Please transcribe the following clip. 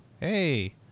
Hey